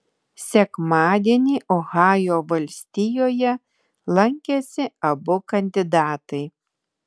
sekmadienį ohajo valstijoje lankėsi abu kandidatai